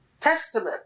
testament